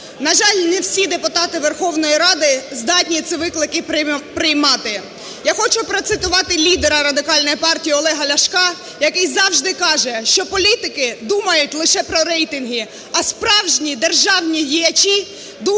на жаль, не всі депутати Верховної Ради здатні ці виклики приймати. Я хочу процитувати лідера Радикальної партії Олега Ляшка, який завжди каже, що політики думають лише про рейтинги, а справжні державні діячі думають